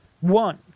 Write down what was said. one